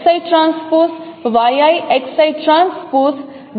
તેથી તે W 1 X i transpose છે